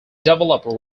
developed